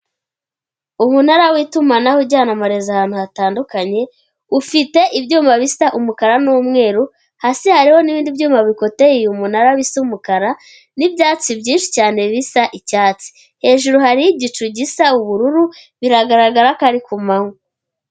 Umunara w'itumanaho ujyana amarezo ahantu hatandukanye ufite ibyuma bisa umukara n'umweru hasi hari n'ibindi byuma bikoteye uyu umunara bisa umukara n'ibyatsi byinshi cyane bisa icyatsi hejuru hari igicu gisa ubururu biragaragara ko ari ku manywa.